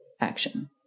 action